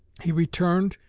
he returned,